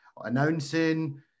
announcing